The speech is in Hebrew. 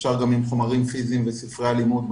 אפשר גם עם חומרים פיסיים וספרי הלימוד בבית.